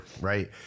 right